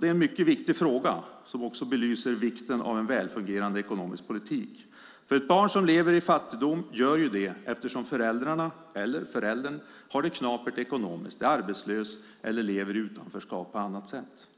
Det är en mycket viktig fråga som också belyser vikten av en välfungerande ekonomisk politik. Ett barn som lever i fattigdom gör ju det eftersom föräldrarna, eller föräldern, har det knapert ekonomiskt, är arbetslös eller lever i utanförskap på annat sätt.